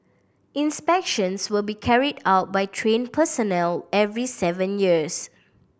inspections will be carried out by trained personnel every seven years